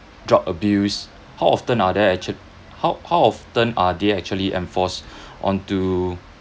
drug abuse how often are there actu~ how how often are they actually enforced on to